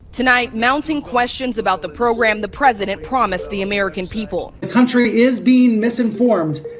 tonight, mounting questions about the program the president promised the american people the country is being misinformed.